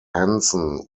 henson